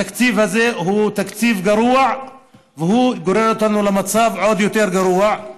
התקציב הזה הוא תקציב גרוע והוא גורר אותנו למצב עוד יותר גרוע,